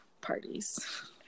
parties